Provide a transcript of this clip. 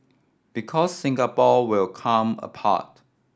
because Singapore will come apart